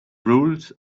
rules